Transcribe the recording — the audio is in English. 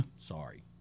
Sorry